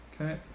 Okay